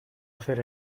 hacer